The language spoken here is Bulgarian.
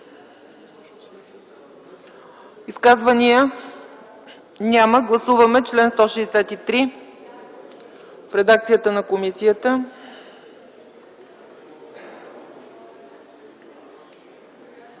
Изказвания няма. Гласуваме чл. 200 в редакцията на комисията.